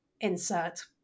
insert